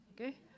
okay